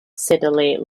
siddeley